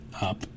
up